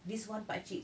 this one pakcik